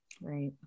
Right